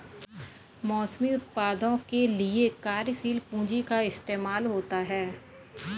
मौसमी उत्पादों के लिये कार्यशील पूंजी का इस्तेमाल होता है